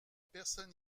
personne